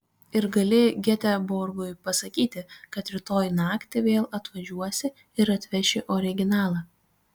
ir gali geteborgui pasakyti kad rytoj naktį vėl atvažiuosi ir atveši originalą